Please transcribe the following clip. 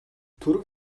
түрэг